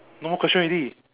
no more question already